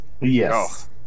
yes